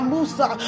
Musa